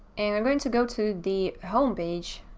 and i'm going to go to the home page,